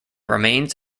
remains